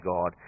God